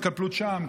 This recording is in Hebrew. התקפלות שם,